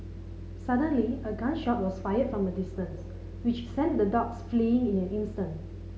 suddenly a gun shot was fired from a distance which sent the dogs fleeing in an instant